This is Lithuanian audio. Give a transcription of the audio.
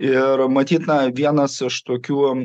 ir matyt na vienas iš tokių